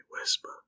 whisper